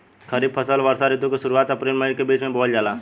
खरीफ फसल वषोॅ ऋतु के शुरुआत, अपृल मई के बीच में बोवल जाला